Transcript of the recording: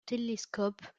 télescope